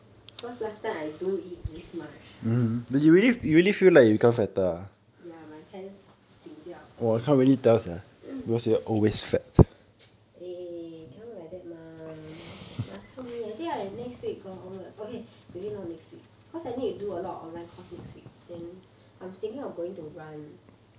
because last time I do eat this much ya my pants 紧到 eh you cannot like that mah must help me I think I next week onwards okay maybe not next week cause I need to do a lot of online course next week then I was thinking of going to run